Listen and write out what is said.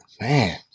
Man